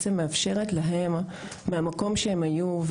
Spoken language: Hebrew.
מאפשרת להם מהמקום בו הם היו,